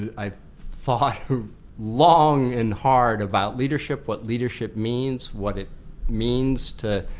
i thought long and hard about leadership, what leadership means, what it means to